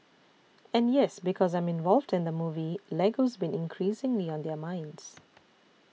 and yes because I'm involved in the movie Lego's been increasingly on their minds